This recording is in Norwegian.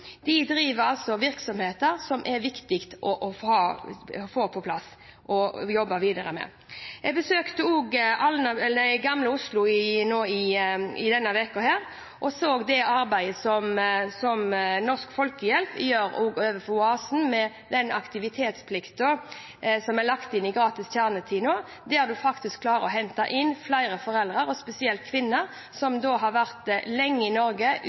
er viktig å jobbe videre med. Jeg besøkte bydelen Gamle Oslo denne uken og så det arbeidet som Norsk Folkehjelp gjør med integreringsprogrammet OASEN, med bl.a. aktivitetsplikten som er lagt inn i gratis kjernetid nå, hvor man faktisk klarer å hente inn flere foreldre, spesielt kvinner, som har vært lenge i Norge